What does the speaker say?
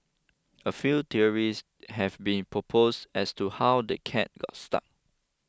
a few theories have been proposed as to how the cat got stuck